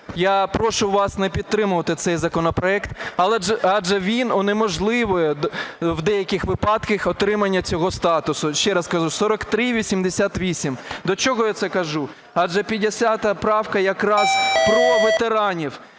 я прошу вас не підтримувати цей законопроект, адже він унеможливлює в деяких випадках отримання цього статусу. Ще раз кажу, 4388. До чого я це кажу? Адже 50 правка якраз про ветеранів.